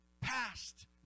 past